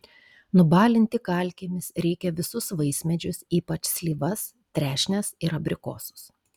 nubalinti kalkėmis reikia visus vaismedžius ypač slyvas trešnes ir abrikosus